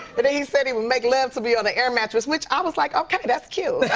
then he said he would make love to me on an air mattress, which i was like, okay, that's cute.